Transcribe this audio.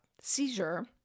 seizure